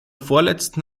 vorletzten